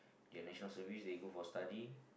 their National Service they go for study